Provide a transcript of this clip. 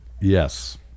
Yes